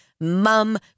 Mum